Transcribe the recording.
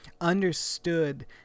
understood